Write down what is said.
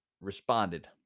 responded